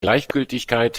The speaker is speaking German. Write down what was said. gleichgültigkeit